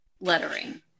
lettering